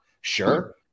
sure